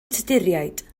tuduriaid